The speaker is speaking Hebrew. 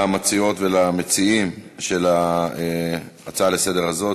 למציעות והמציעים של ההצעה לסדר-היום הזאת,